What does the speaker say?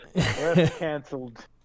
cancelled